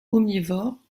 omnivore